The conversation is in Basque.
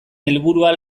helburua